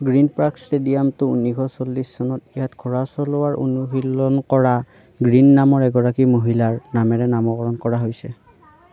green Park ষ্টেডিয়ামটো ঊনৈছশ চল্লিছ চনত ইয়াত ঘোঁৰা চলোৱাৰ অনুশীলন কৰা গ্ৰীণ নামৰ এগৰাকী মহিলাৰ নামেৰে নামকৰণ কৰা হৈছে